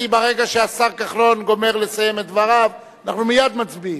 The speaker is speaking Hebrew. כי ברגע שהשר כחלון גומר את דבריו אנחנו מייד מצביעים.